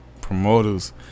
promoters